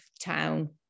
town